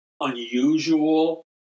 unusual